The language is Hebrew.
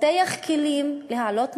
לפתח כלים להעלות מודעות,